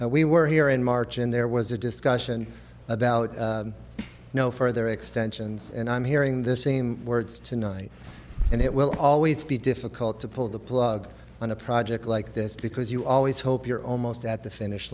we were here in march and there was a discussion about no further extensions and i'm hearing this same words tonight and it will always be difficult to pull the plug on a project like this because you always hope you're almost at the finish